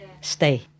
stay